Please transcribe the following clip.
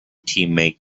teammate